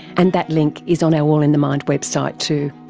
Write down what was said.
and that link is on our all in the mind website too.